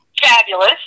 fabulous